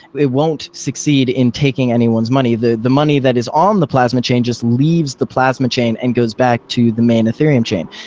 it won't succeed in taking anyone's money. the the money that is on um the plasma changes leaves the plasma chain and goes back to the main ethereum chain.